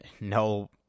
no